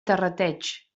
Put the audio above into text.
terrateig